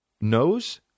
nose